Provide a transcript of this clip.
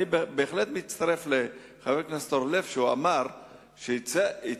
אני בהחלט מצטרף לחבר הכנסת אורלב, שאמר שאצלנו